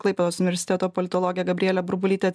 klaipėdos universiteto politologė gabrielė burbulytė